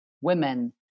women